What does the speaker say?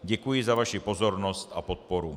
Děkuji za vaši pozornost a podporu.